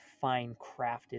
fine-crafted